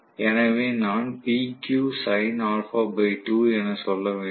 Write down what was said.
எனவே நான் என்று சொல்ல வேண்டும்